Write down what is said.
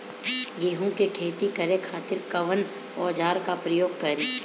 गेहूं के खेती करे खातिर कवन औजार के प्रयोग करी?